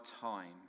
time